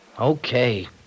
Okay